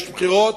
יש בחירות,